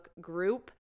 group